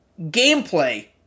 gameplay